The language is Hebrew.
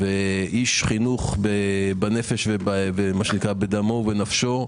ואיש חינוך בנפש בדמו ובנפשו.